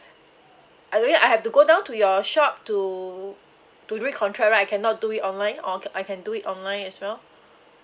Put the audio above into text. I have to go down to your shop to to re-contract right I cannot do it online or I can do it online as well